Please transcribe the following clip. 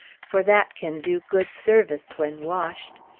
for that can do good service when washed.